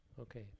Okay